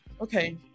okay